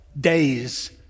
days